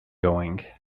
going